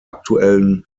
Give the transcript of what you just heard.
aktuellen